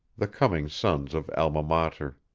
the coming sons of alma mater.